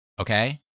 Okay